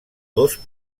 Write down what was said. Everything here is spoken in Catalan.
dos